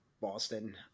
Boston